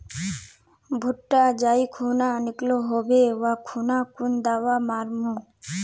भुट्टा जाई खुना निकलो होबे वा खुना कुन दावा मार्मु?